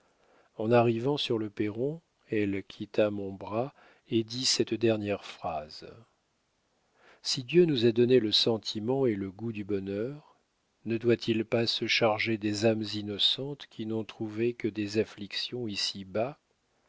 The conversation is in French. en arrivant sur le perron elle quitta mon bras et dit cette dernière phrase si dieu nous a donné le sentiment et le goût du bonheur ne doit-il pas se charger des âmes innocentes qui n'ont trouvé que des afflictions ici-bas